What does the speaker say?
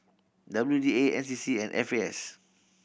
W D A N C C and F A S